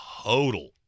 total